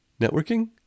networking